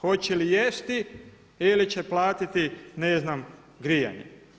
Hoće li jesti ili će platiti ne znam grijanje?